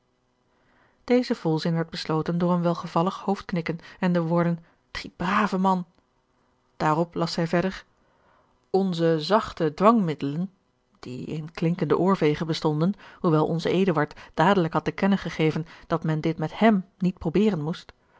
deze volzin werd besloten door een welgevallig hoofdknikken en de woorden die brave man daarop las zij verder onze zachte dwangmiddelen die in klinkende oorveegen bestonden hoewel onze eduard dadelijk had te kennen gegeven dat men dit met hem niet george een ongeluksvogel proberen moest